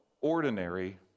ordinary